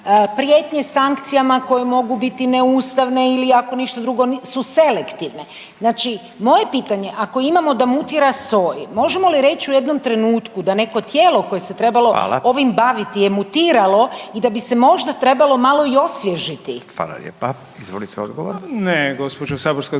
prijetnje sankcijama koje mogu biti neustavne ili, ako ništa drugo, su selektivne, znači moje pitanje je ako imamo da mutira soj, možemo li reći u jednom trenutku da tijelo koje se trebalo ovim baviti je mutiralo .../Upadica: Hvala./... i da bi se možda trebalo malo i osvježiti? **Radin, Furio (Nezavisni)** Hvala lijepa.